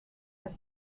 have